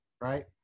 right